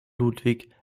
ludwig